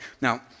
Now